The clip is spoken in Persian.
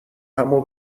همو